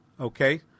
Okay